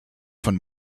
von